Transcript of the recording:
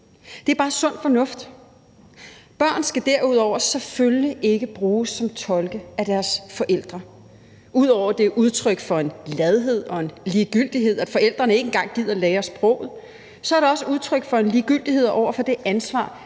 Det er bare sund fornuft. Børn skal derudover selvfølgelig ikke bruges som tolke af deres forældre. Ud over at det er udtryk for en ladhed og ligegyldighed, at forældrene ikke engang gider at lære sproget, er det også udtryk for en ligegyldighed over for det ansvar,